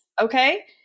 Okay